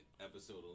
episode